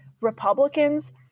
republicans